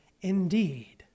indeed